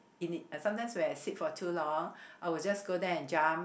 in it sometimes when I sit for too long I will just go there and jump